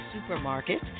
Supermarket